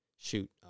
Shoot